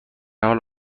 حال